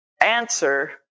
answer